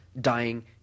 dying